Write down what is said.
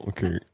Okay